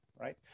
right